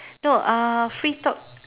no uh free talk